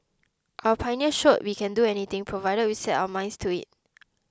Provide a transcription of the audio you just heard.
our pioneers showed we can do anything provided we set our minds to it